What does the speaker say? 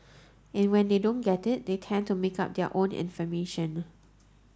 and when they don't get it they tend to make up their own information